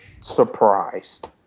surprised